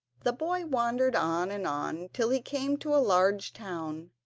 the boy wandered on and on till he came to a large town.